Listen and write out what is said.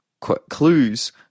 clues